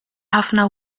ħafna